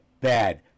bad